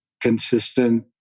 consistent